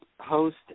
host